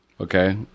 Okay